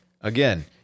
Again